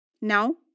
Now